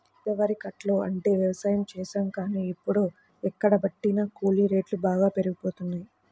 ఇదివరకట్లో అంటే యవసాయం చేశాం గానీ, ఇప్పుడు ఎక్కడబట్టినా కూలీ రేట్లు బాగా పెరిగిపోతన్నయ్